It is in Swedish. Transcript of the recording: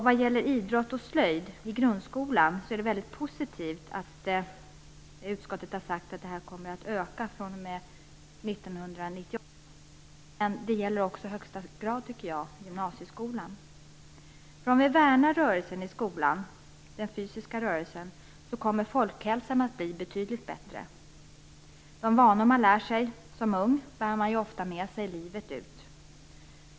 Vad gäller idrott och slöjd i grundskolan är det mycket positivt att utskottet har sagt att antalet timmar kommer att öka fr.o.m. 1998. Men det borde också i högsta grad gälla gymnasieskolan, tycker jag. Om vi värnar den fysiska rörelsen i skolan kommer folkhälsan att bli betydligt bättre. De vanor man lär sig som ung bär man ofta med sig livet ut.